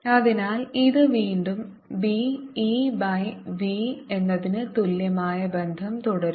അതിനാൽ ഇത് വീണ്ടും b e ബൈ v എന്നതിന് തുല്യമായ ബന്ധം തുടരും